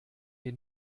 dir